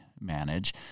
manage